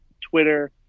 Twitter